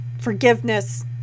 forgiveness